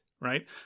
right